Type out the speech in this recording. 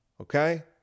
okay